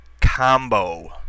Combo